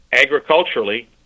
agriculturally